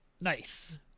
Nice